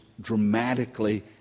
dramatically